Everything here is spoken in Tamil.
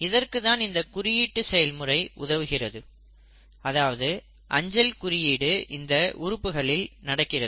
இதற்கு தான் இந்த குறியீடு செயல்முறை உதவுகிறது அதாவது அஞ்சல் குறியீடு இந்த உறுப்புகளில் நடக்கிறது